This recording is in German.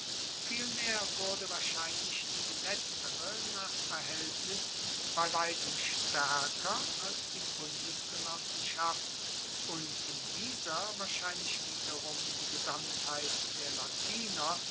vielmehr wurde wahrscheinlich die letztere nach verhaeltnis bei weitem staerker als die bundesgenossenschaft und in dieser wahrscheinlich wiederum die gesamtheit der latiner